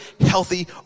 healthy